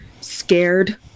scared